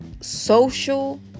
social